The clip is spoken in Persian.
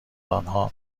آنها